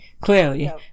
clearly